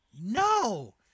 no